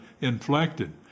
inflected